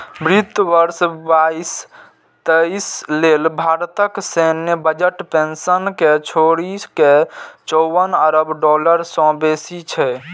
वित्त वर्ष बाईस तेइस लेल भारतक सैन्य बजट पेंशन कें छोड़ि के चौवन अरब डॉलर सं बेसी छै